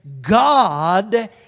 God